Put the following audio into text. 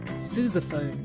sousaphone.